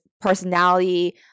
personality